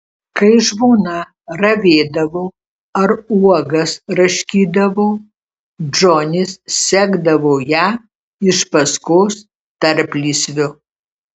kai žmona ravėdavo ar uogas raškydavo džonis sekdavo ją iš paskos tarplysviu